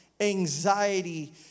anxiety